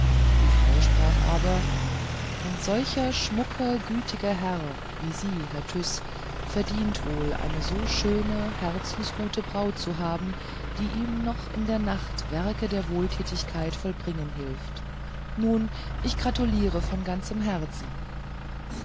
die frau sprach aber ein solcher schmucker gütiger herr wie sie herr tyß verdient wohl eine so schöne herzensgute braut zu haben die ihm noch in der nacht werke der wohltätigkeit vollbringen hilft nun ich gratuliere von ganzem herzen